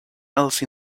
else